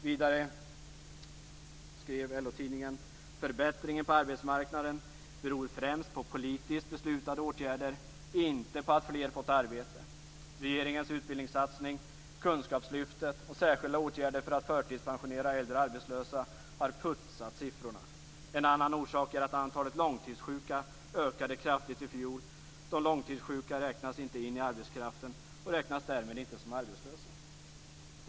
Vidare skrev LO-tidningen: Förbättringen på arbetsmarknaden beror främst på politiskt beslutade åtgärder, inte på att fler fått arbete. Regeringens utbildningssatsning kunskapslyftet och särskilda åtgärder för att förtidspensionera äldre arbetslösa har putsat siffrorna. En annan orsak är att antal långtidssjuka ökade kraftigt i fjol. De långtidssjuka räknas inte in arbetskraften och räknas därmed inte som arbetslösa.